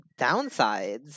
downsides